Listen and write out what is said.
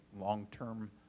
long-term